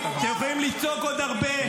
אתם יכולים לצעוק עוד הרבה,